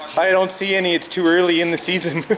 i i don't see any. it's too early in the season